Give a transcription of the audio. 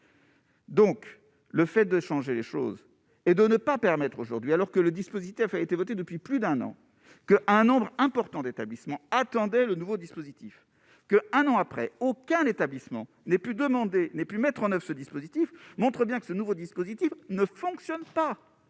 Donc le fait de changer les choses et de ne pas permettre aujourd'hui alors que le dispositif a été votée depuis plus d'un an que un nombre important d'établissements attendaient le nouveau dispositif que un an après, aucun établissement n'est plus demandés n'ait pu mettre en 9 ce dispositif montre bien que ce nouveau dispositif ne fonctionne pas